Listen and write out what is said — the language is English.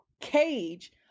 cage